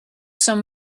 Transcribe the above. some